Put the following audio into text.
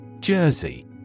Jersey